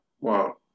Wow